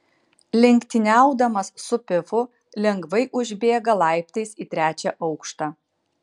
lenktyniaudamas su pifu lengvai užbėga laiptais į trečią aukštą